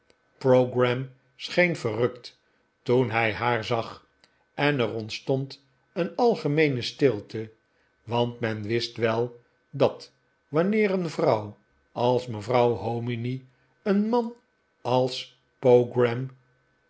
pogram scheen verrukt toen hij haar zag en er ontstond een algemeene stilte want men wist wel dat wanneer een vrouw als mevrouw hominy een man als pogram